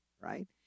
right